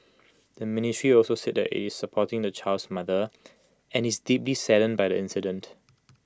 the ministry also said that IT is supporting the child's mother and is deeply saddened by the incident